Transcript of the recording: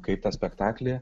kaip tą spektaklį